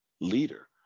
leader